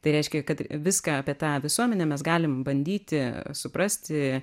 tai reiškia kad viską apie tą visuomenę mes galim bandyti suprasti